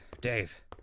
Dave